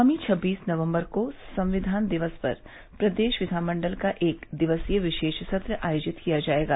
आगामी छब्बीस नवम्बर को संक्यान दिवस पर प्रदेश विधानमंडल का एक दिवसीय विशेष सत्र आयोजित किया जायेगा